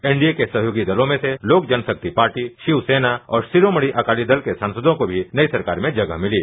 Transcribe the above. N D A के सहयोगी दलों में से लोक जन शक्ति पार्टी शिवसेना और शिरोमणि अकाली दल के सांसदों को भी नई सरकार में जगह मिली है